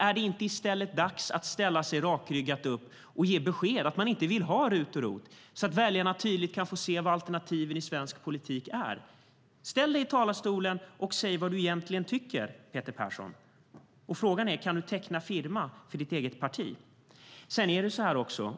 Är det inte i stället dags att rakryggat ställa sig upp och ge besked om att man inte vill ha RUT och ROT-avdragen så att väljarna tydligt kan få se vad alternativen i svensk politik är? Ställ dig i talarstolen och säg vad du egentligen tycker, Peter Persson! Frågan är om du kan teckna firman för ditt eget parti.